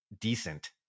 decent